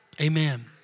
Amen